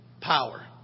power